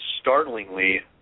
startlingly